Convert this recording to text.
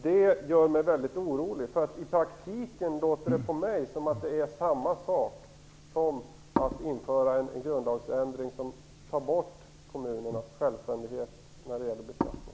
Det gör mig mycket orolig, för i praktiken tycks det mig vara samma sak som att införa en grundlagsändring som innebär att kommunernas självständighet försvinner när det gäller beskattning.